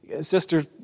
sister